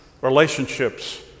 Relationships